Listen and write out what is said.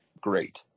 great